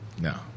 No